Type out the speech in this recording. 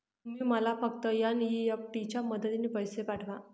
तुम्ही मला फक्त एन.ई.एफ.टी च्या मदतीने पैसे पाठवा